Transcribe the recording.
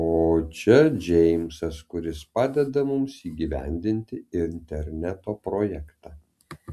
o čia džeimsas kuris padeda mums įgyvendinti interneto projektą